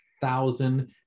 thousand